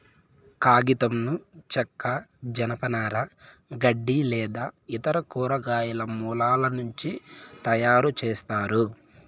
కాగితంను చెక్క, జనపనార, గడ్డి లేదా ఇతర కూరగాయల మూలాల నుంచి తయారుచేస్తారు